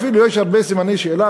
אפילו יש הרבה סימני שאלה,